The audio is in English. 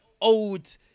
old